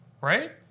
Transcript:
Right